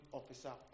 officer